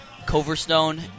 Coverstone